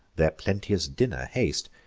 their plenteous dinner haste.